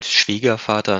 schwiegervater